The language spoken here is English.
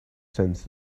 sense